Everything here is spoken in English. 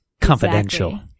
Confidential